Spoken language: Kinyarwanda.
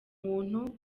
umuntu